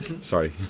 Sorry